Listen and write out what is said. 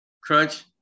crunch